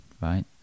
right